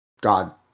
God